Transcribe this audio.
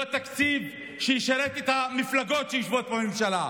לא תקציב שישרת את המפלגות שיושבות בממשלה.